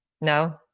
No